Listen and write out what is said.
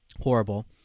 horrible